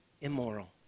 immoral